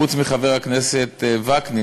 חוץ מחבר הכנסת וקנין,